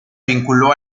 vinculó